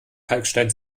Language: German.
kalkstein